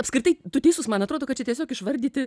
apskritai tu teisus man atrodo kad čia tiesiog išvardyti